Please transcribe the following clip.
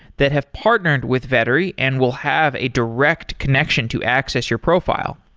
that have partnered with vettery and will have a direct connection to access your profile.